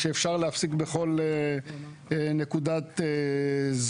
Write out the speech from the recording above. צריך להיות שאפשר להפסיק בכל נקודת זמן.